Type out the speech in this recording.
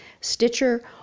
Stitcher